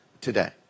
today